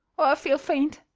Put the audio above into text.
feel faint!